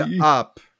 up